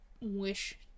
wish